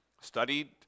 studied